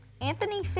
Anthony